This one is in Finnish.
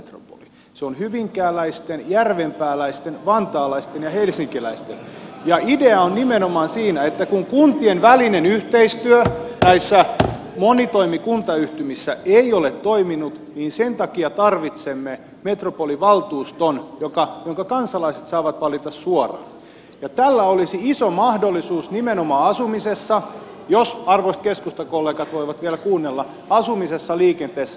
se on hyvinkääläisten järvenpääläisten vantaalaisten ja helsinkiläisten ja idea on nimenomaan siinä että kun kuntien välinen yhteistyö näissä monitoimikuntayhtymissä ei ole toiminut niin sen takia tarvitsemme metropolivaltuuston jonka kansalaiset saavat valita suoraan ja tällä olisi iso mahdollisuus nimenomaan asumisessa jos arvoisat keskustan kollegat voivat vielä kuunnella liikenteessä maankäytössä